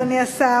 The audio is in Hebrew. אדוני השר,